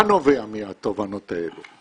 מה נובע מהתובנות האלה?